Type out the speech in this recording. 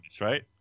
right